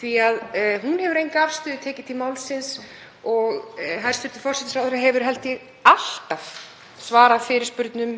því að hún hefur enga afstöðu tekið til málsins og hæstv. forsætisráðherra hefur held ég alltaf svarað fyrirspurnum